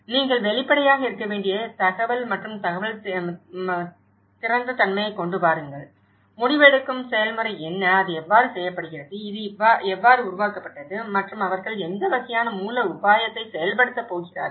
நீங்கள் வெளிப்படையாக இருக்க வேண்டிய தகவல் மற்றும் தகவல் மற்றும் திறந்த தன்மையைக் கொண்டு வாருங்கள் முடிவெடுக்கும் செயல்முறை என்ன அது எவ்வாறு செய்யப்படுகிறது இது எவ்வாறு உருவாக்கப்பட்டது மற்றும் அவர்கள் எந்த வகையான மூல உபாயத்தை செயல்படுத்தப் போகிறார்கள்